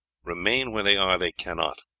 remain where they are they cannot.